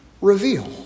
reveal